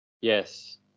yes